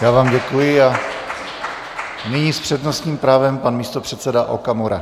Já vám děkuji a nyní s přednostním právem pan místopředseda Okamura.